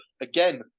Again